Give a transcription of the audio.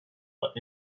but